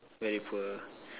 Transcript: very poor